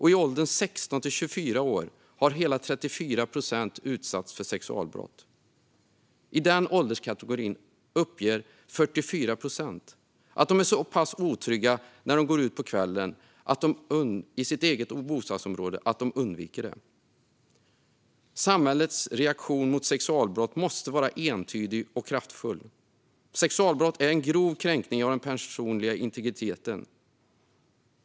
I åldrarna 16-24 år har hela 34 procent utsatts för sexualbrott. I den ålderskategorin uppgav 44 procent att de är så pass otrygga när de går ut på kvällen i sitt eget bostadsområde att de undviker det. Samhällets reaktion mot sexualbrott måste vara entydig och kraftfull. Sexualbrott är en grov kränkning av den personliga integriteten.